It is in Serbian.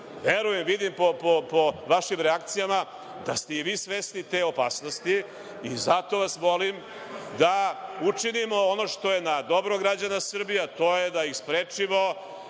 pa vidim po vašim reakcijama da ste i vi svesni te opasnosti i zato vas molim da učinimo ono što je na dobro građana Srbije, a to je da ih sprečimo